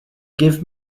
give